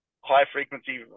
high-frequency